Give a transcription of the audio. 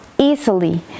easily